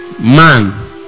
man